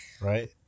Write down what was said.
Right